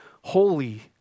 holy